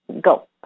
Go